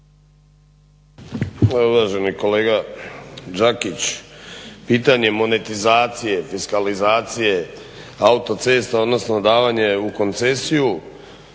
Uvaženi kolega Đakić pitanje monetizacije fiskalizacije autocesta, odnosno davanje u koncesiju